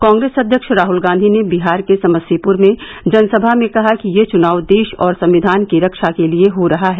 कांग्रेस अध्यक्ष राहुल गांधी ने बिहार के समस्तीपुर में जनसभा में कहा कि यह चुनाव देश और संविधान की रक्षा के लिए हो रहा है